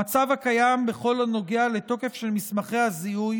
המצב הקיים בכל הנוגע לתוקף של מסמכי הזיהוי